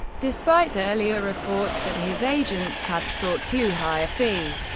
despite earlier reports that his agents had sought too high a fee.